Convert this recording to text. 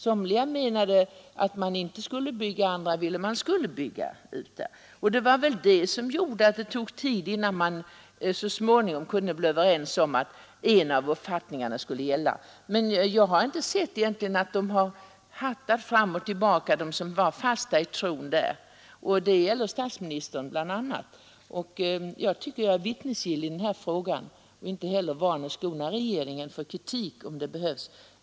Somliga menade att man inte skulle bygga ut, andra ville att man skulle bygga ut Vindelälven. Det var väl detta som gjorde att det tog tid innan man så småningom kunde bli överens om att en av uppfattningarna skulle gälla. Jag har alltså inte märkt att de som var fasta i tron har hattat fram och tillbaka, och jag anser mig vara vittnesgill i denna fråga. Jag är inte heller van att skona regeringen från kritik om sådan behövs.